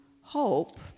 hope